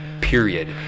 period